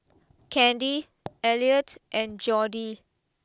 Candy Elliott and Jordy